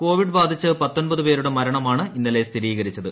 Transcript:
Covid ബാധിച്ച് ദ്വീപ്പേരുടെ മരണമാണ് ഇന്നലെ സ്ഥിരീകരിച്ചത്